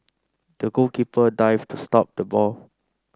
the goalkeeper dived to stop the ball